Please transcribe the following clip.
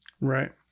Right